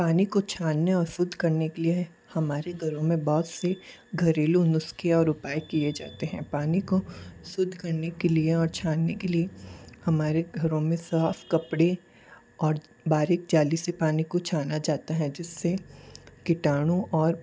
पानी को छानने और शुद्ध करने के लिए हमारे घरों में बहुत से घरेलू नुस्ख़े और उपाय किए जाते हैं पानी को शुद्ध करने के लिए और छानने के लिए हमारे घरों में साफ़ कपड़े और बारीक जाली से पानी को छाना जाता है जिस से कीटाणु और